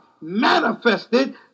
manifested